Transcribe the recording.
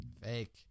Fake